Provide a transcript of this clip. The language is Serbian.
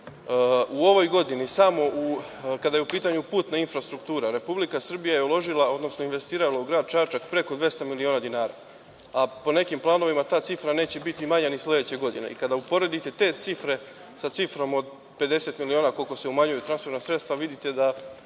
U ovoj godini samo kada je u pitanju putna infrastruktura Republika Srbija je uložila, odnosno investirala u grad Čačak preko 200 miliona dinara, a po nekim planovima ta cifra neće biti manja ni sledeće godine. Kada uporedite te cifre sa cifrom od 50 miliona, koliko se umanjuju transferna sredstva, vidite da